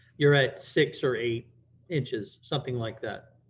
you're at six or eight inches, something like that.